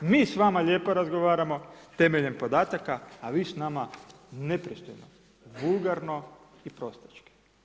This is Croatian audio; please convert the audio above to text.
Mi s vama lijepo razgovaramo temeljem podataka a vi s nama nepristojno, vulgarno i prostački.